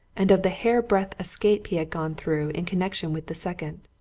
and of the hairbreadth escape he had gone through in connection with the second.